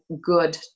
good